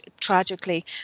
tragically